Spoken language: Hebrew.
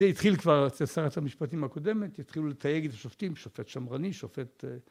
התחיל כבר אצל שרת המשפטים הקודמת, התחילו לתייג את השופטים, שופט שמרני, שופט